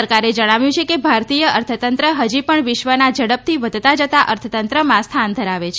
સરકારે જણાવ્યું છે કે ભારતીય અર્થતંત્ર હજી પણ વિશ્વના ઝડપથી વધતા જતા અર્થતંત્રમાં સ્થાન ધરાવે છે